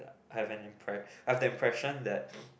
I have an impre~ I have the impression that